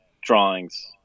drawings